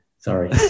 Sorry